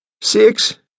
Six